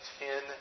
ten